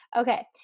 Okay